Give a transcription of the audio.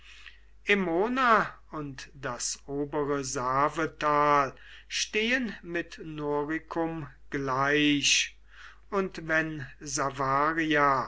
und das obere savetal stehen mit noricum gleich und wenn